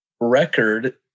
record